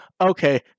okay